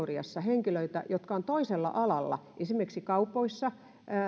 teoriassa henkilöitä jotka ovat toisella alalla esimerkiksi kaupoissa